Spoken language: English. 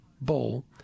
bowl